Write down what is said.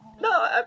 No